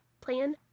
plan